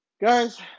Guys